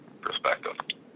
perspective